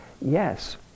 yes